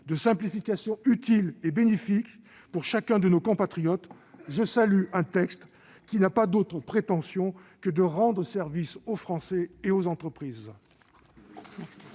de simplification utiles et bénéfiques pour tous. Je salue un texte qui n'a pas d'autre prétention que de rendre service aux Français et aux entreprises.